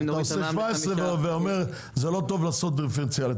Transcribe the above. אתה עושה 17% ואתה אומר זה לא טוב לעשות דיפרנציאלי,